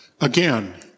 Again